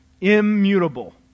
Immutable